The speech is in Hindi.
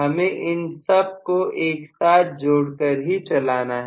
हमें इन सब को एक साथ जोड़ कर ही चलाना है